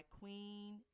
Queen